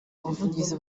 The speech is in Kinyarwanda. ubuvuzi